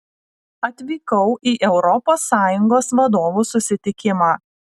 atvykau į europos sąjungos vadovų susitikimą